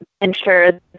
ensure